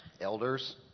Elders